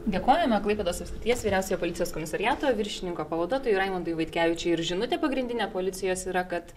dėkojame klaipėdos apskrities vyriausiojo policijos komisariato viršininko pavaduotojui raimondui vaitkevičiui ir žinutė pagrindinė policijos yra kad